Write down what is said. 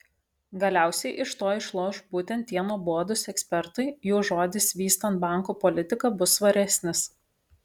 galiausiai iš to išloš būtent tie nuobodūs ekspertai jų žodis vystant banko politiką bus svaresnis